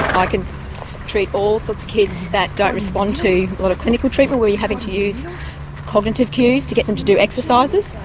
i can treat all sorts of kids that don't respond to a lot of clinical treatment where you're having to use cognitive cues to get them to do exercises.